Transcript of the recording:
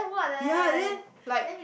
ya then like